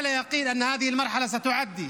כולי אמונה שהתקופה הזאת תחלוף,